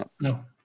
No